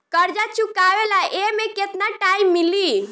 कर्जा चुकावे ला एमे केतना टाइम मिली?